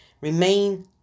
remain